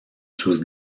sus